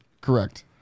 Correct